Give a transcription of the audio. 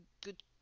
good